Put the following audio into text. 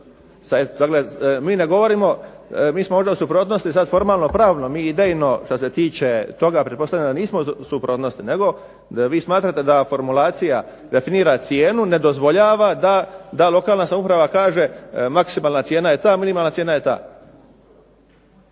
mi ne govorimo, mi smo možda u suprotnosti sad formalnopravnom, mi idejno šta se tiče toga, pretpostavljamo da nismo u suprotnosti, nego vi smatrate da formulacija definira cijenu, ne dozvoljava da lokalna samouprava kaže maksimalna cijena je ta, minimalna cijena je ta.